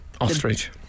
ostrich